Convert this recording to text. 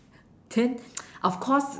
then of course